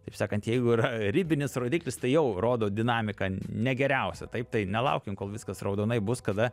taip sakant jeigu yra ribinis rodiklis tai jau rodo dinamiką ne geriausią taip tai ne laukim kol viskas raudonai bus kada